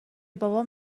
بابام